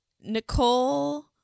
Nicole